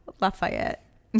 Lafayette